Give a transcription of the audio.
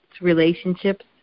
relationships